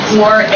more